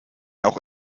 auch